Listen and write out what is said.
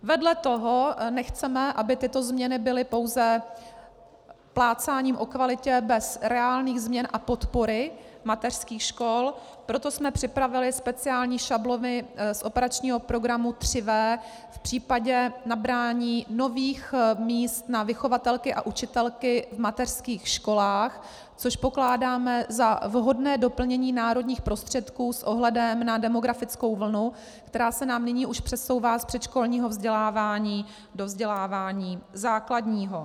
Vedle toho nechceme, aby tyto změny byly pouze plácáním o kvalitě bez reálných změn a podpory mateřských škol, proto jsme připravili speciální šablony z operačního programu 3V v případě nabrání nových míst na vychovatelky a učitelky v mateřských školách, což pokládáme za vhodné doplnění národních prostředků s ohledem na demografickou vlnu, která se nám nyní už přesouvá z předškolního vzdělávání do vzdělávání základního.